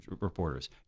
reporters